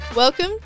Welcome